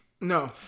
No